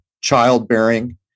childbearing